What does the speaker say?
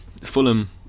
Fulham